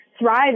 thrive